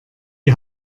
die